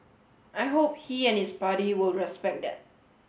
I hope he and his party will respect that